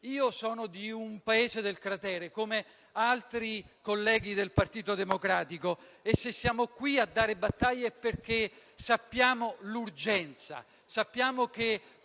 Io sono di un paese del cratere, come altri colleghi del Partito Democratico, e se siamo qui a dare battaglia è perché sappiamo l'urgenza. Sappiamo che